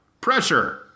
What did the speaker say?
pressure